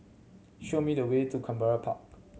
show me the way to Canberra Park